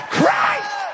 Christ